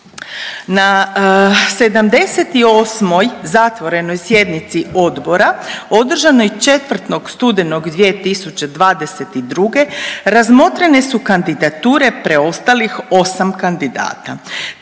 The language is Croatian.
Na 78 zatvorenoj sjednici odbora održanoj 4. studenoj 2022. razmotrene su kandidature preostalih 8 kandidata